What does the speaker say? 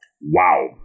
Wow